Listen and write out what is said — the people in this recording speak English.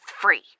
free